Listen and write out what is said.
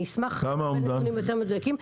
אני אשמח לתת נתונים יותר מדויקים,